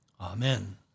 Amen